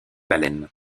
baleines